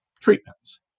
treatments